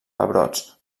pebrots